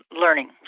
learning